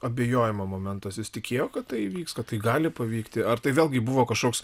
abejojimo momentas jis tikėjo kad tai įvyks kad tai gali pavykti ar tai vėlgi buvo kažkoks